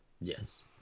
Yes